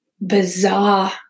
bizarre